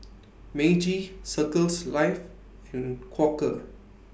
Meiji Circles Life and Quaker